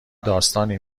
داستانی